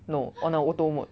no on a auto mode